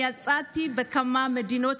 אני יצאתי לכמה מדינות,